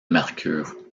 mercure